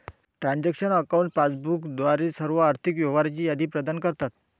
transaction accounts passbook द्वारे सर्व आर्थिक व्यवहारांची यादी प्रदान करतात